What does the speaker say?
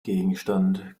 gegenstand